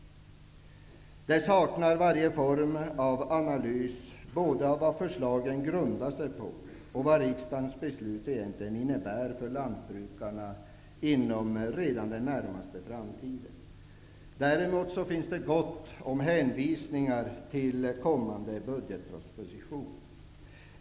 Det saknar varje form av analys både av vad förslagen grundar sig på och av vad riksdagens beslut egentligen innebär för lantbrukarna redan inom den närmaste framtiden. Däremot finns det gott om hänvisningar till kommande budgetproposition.